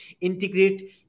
integrate